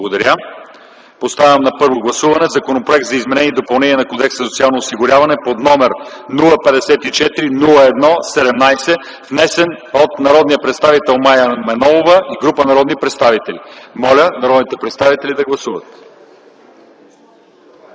е прието. Поставям на първо гласуване Законопроект за изменение и допълнение на Кодекса за социално осигуряване под № 054-01-17, внесен от народния представител Мая Манолова и група народни представители. Гласували 113 народни представители: за